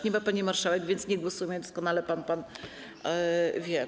Nie ma pani marszałek, więc nie głosujemy, doskonale pan wie.